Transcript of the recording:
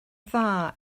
dda